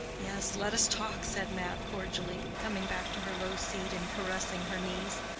yes, let us talk, said mab, cordially, coming back to her low seat and caressing her knees.